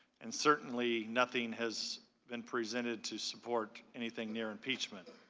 and certainly nothing has been presented to support anything near impeachment.